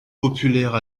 populaires